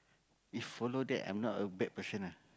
if follow that I'm not a bad person ah